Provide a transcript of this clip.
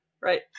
right